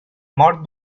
mort